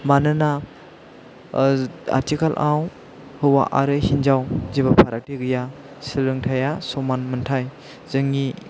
मानोना आथिखालाव हौवा आरो हिन्जाव जेबो फारागथि गैया सोलोंथाइया समान मोनथाइ जोंनि